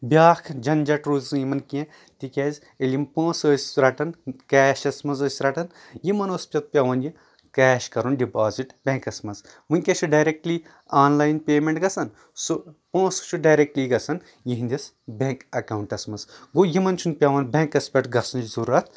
بیٛاکھ جنجٹ روٗز نہٕ یِمن کینٛہہ تِکیٛازِ ییٚلہِ یِم پۄنٛسہٕ ٲسۍ رٹان کیشس منٛز ٲسۍ رٹان یِم اوس پتتہٕ پٮ۪وان یہِ کیش کرُن ڈپازِٹ بیٚنٛکس منٛز ؤنکیٚس چھُ directly online payment گژھان سُہ پۄنٛسہِ چھُ ڈایرٮ۪کٹلی گژھان یِہںٛدِس بیٚنٛک اکاونٹس منٛز گوٚو یِمن چھُنہٕ پٮ۪وان بیٚنٛکس پٮ۪ٹھ گژھنٕچ ضروٗرَت